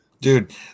Dude